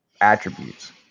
attributes